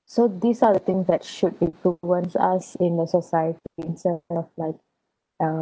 so these are the things that should influence us in the society instead of like uh